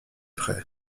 près